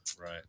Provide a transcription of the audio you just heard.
Right